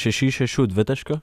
šeši iš šešių dvitaškių